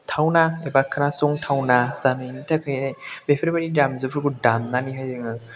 एबा खोनासंथावना जानायनि थाखाय बेफोरबायदि दामजुफोरखौ दामनानैहाय जोङो